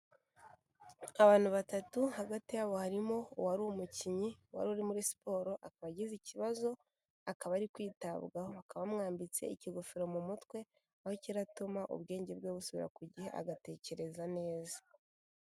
Abantu batatu hagati yabo harimo uwari umukinnyi wari uri muri siporo akaba agize ikibazo akaba ari kwitabwaho, bakaba bamwambitse ikigofero mu mutwe aho kiratuma ubwenge bwe busubira ku gihe agatekereza neza.